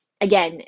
Again